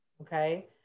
okay